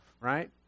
right